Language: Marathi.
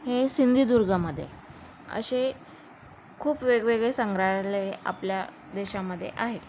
हे सिंधुदुर्गामध्ये असे खूप वेगवेगळे संग्रहालय आपल्या देशामध्ये आहेत